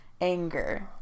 anger